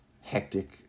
hectic